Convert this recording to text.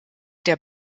der